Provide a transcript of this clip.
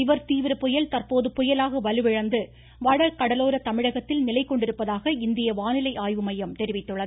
நிவர் தீவிர புயல் தற்போது புயலாக வலுவிழந்து வடகடலோர தமிழகத்தில் நிலைகொண்டிருப்பதாக இந்திய வானிலை ஆய்வு மையம் தெரிவித்துள்ளது